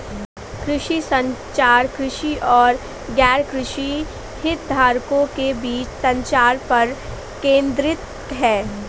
कृषि संचार, कृषि और गैरकृषि हितधारकों के बीच संचार पर केंद्रित है